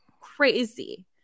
crazy